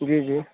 جی جی